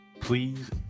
Please